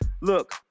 look